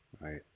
right